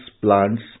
plants